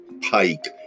Pike